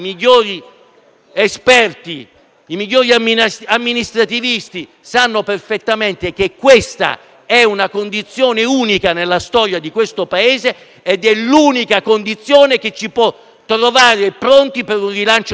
i migliori amministrativisti, sanno perfettamente che questa è una condizione unica nella storia di questo Paese ed è l'unica condizione che ci può far trovare pronti per un rilancio dell'economia.